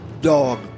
dog